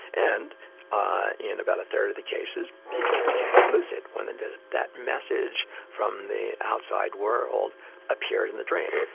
and in about a third of the cases people became lucid when and that message from the outside world appeared in the dream.